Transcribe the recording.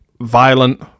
violent